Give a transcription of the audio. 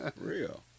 Real